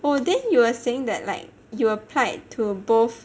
oh then you were saying that like you applied to both